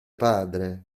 padre